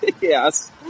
Yes